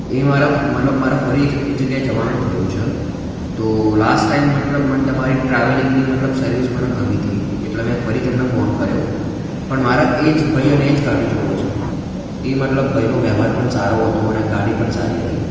એ મારા મતલબ મારે ફરી એક જગ્યાએ જવાનું થયું છે તો લાસ્ટ ટાઈમ મતલબ મને તમારી ટ્રાવેલિંગની મતલબ સર્વિસ મને ગમી હતી એટલે મેં ફરી તમને ફોન કર્યો પણ મારે એ જ ભાઈ અને એ જ ગાડી જોઈએ છે એ મતલબ ભાઇનો વ્યવહાર પણ સારો હતો અને ગાડી પણ સારી હતી